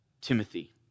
Timothy